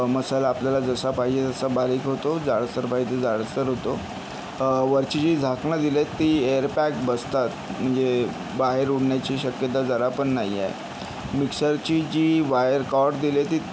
मसाला आपल्याला जसा पाहिजे तसा बारीक होतो जाडसर पाहिजे जाडसर होतो वरची जी झाकणं दिलीत ती एअर पॅक बसतात म्हणजे बाहेर उडण्याची शक्यता जरा पण नाही आहे मिक्सरची जी वायर कॉर्ड दिलीय ती